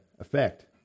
effect